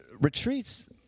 retreats